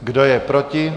Kdo je proti?